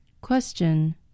Question